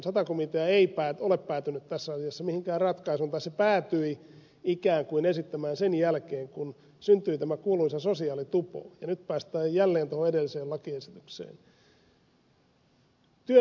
sata komitea ei ole päätynyt tässä asiassa mihinkään ratkaisuun tai se päätyi ikään kuin esittämään sen jälkeen kun syntyi tämä kuuluisa sosiaalitupo ja nyt päästään jälleen tuohon edelliseen lakiesitykseen